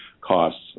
costs